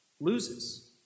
loses